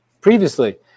previously